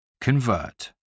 convert